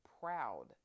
proud